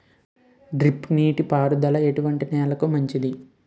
Drip నీటి పారుదల ఎటువంటి నెలలకు మంచిది?